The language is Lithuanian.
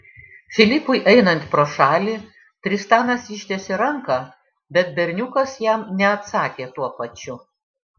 filipui einant pro šalį tristanas ištiesė ranką bet berniukas jam neatsakė tuo pačiu